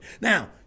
Now